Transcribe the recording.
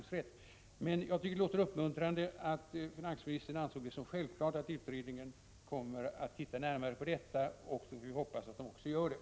30 januari 1986 Jag tycker emellertid att det är uppmuntrande att finansministern ansåg —Z—G ——H Om högsta dagpen det som självklart att utredningen kommer att se närmare på detta, och då får å 7 jä vi hoppas att den också gör det.